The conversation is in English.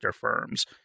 firms